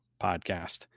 podcast